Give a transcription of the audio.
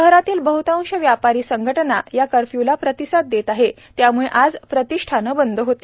शहरातील बहतांश व्यापारी संघटना या कर्फ्यूला प्रतिसाद देत आहे त्याम्ळे आज प्रतिष्ठानं बंद होती